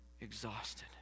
exhausted